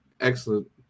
excellent